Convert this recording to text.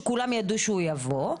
שכולם ידעו שהוא יבוא,